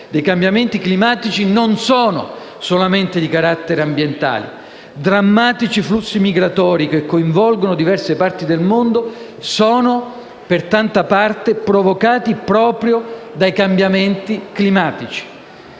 cambiamenti climatici non sono solamente di carattere ambientale: drammatici flussi migratori che coinvolgono diverse parti del mondo sono per tanta parte provocati proprio dai cambiamenti climatici.